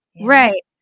Right